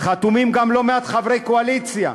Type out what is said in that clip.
חתומים גם לא מעט חברי קואליציה.